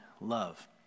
love